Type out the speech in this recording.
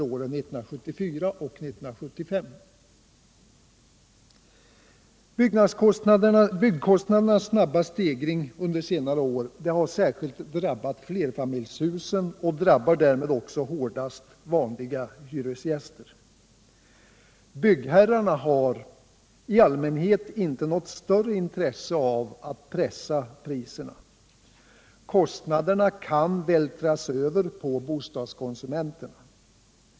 Byggkostnadernas snabba stegring under senare år har särskilt drabbat flerfamiljshusen och drabbar därmed också hårdast vanliga hyresgäster. Byggherrarna har i allmänhet inte något större intresse av att pressa priserna. Kostnaderna kan vältras över på bostadskonsumenterna.